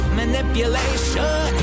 manipulation